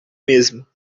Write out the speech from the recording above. mesmo